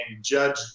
Judge